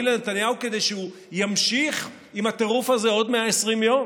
לנתניהו כדי שהוא ימשיך עם הטירוף הזה עוד 120 יום?